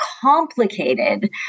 complicated